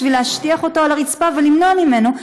בשביל להשטיח אותו על הרצפה ולמנוע ממנו,